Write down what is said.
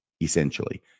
essentially